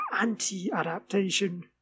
anti-adaptation